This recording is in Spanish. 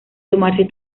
tomarse